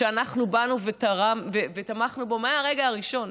אנחנו תמכנו בו מהרגע הראשון,